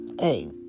Hey